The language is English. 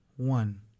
One